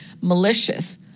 malicious